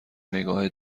نگاه